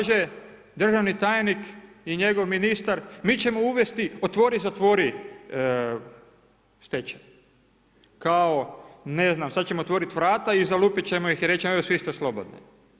Kaže državni tajnik i njegov ministar, mi ćemo uvesti otvori-zatvori stečaj, kao ne znam sada ćemo otvoriti vrata i zalupit ćemo ih i reći evo svi ste slobodni.